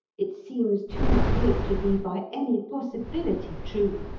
it seems too good to be by any possibility true.